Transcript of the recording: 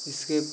इसके